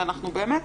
שאנחנו באמת,